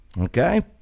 Okay